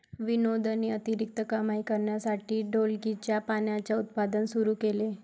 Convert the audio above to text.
विनोदने अतिरिक्त कमाई करण्यासाठी ढोलकीच्या पानांचे उत्पादन सुरू केले